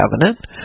covenant